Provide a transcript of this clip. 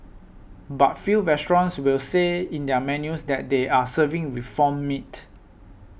but few restaurants will say in their menus that they are serving reformed meat